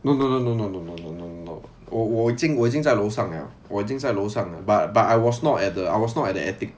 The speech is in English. no no no no no no no no no no 我我已经我已经在楼上了我已经在楼上 but but I was not at the I was not at the attic